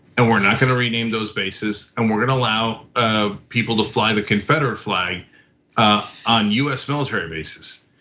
and we're not gonna rename those bases and we're gonna allow ah people to fly the confederate flag on us military bases.